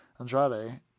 Andrade